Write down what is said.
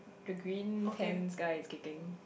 the green pants guy is kicking